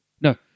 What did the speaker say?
No